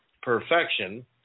perfection